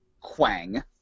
Quang